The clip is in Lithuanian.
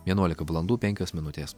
vienuolika valandų penkios minutės